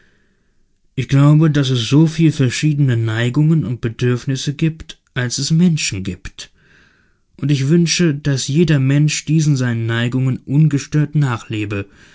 ich glaube daß es so viel verschiedene neigungen und bedürfnisse gibt als es menschen gibt und ich wünsche daß jeder mensch diesen seinen neigungen ungestört nachlebe